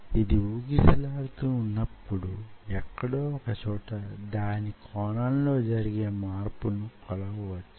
ఇది వూగిసలాడు తున్నప్పుడు ఎక్కడో ఒక చోట దాని కోణంలో జరిగే మార్పును కొలవొచ్చు